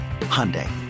Hyundai